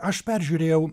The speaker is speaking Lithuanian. aš peržiūrėjau